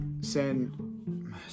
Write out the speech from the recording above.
send